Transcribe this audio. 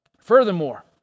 Furthermore